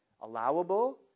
Allowable